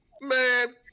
Man